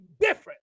different